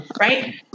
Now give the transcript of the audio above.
Right